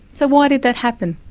so why did that happen?